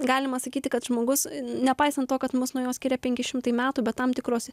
galima sakyti kad žmogus nepaisant to kad mus nuo jo skiria penki šimtai metų bet tam tikros